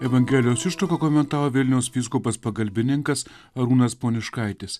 evangelijos ištrauką komentavo vilniaus vyskupas pagalbininkas arūnas poniškaitis